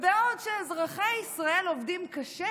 ובעוד אזרחי ישראל עובדים קשה